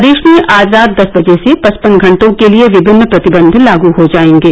प्रदेश में आज रात दस बजे से पचपन घंटों के लिए विभिन्न प्रतिबन्ध लागू हो जाएंगे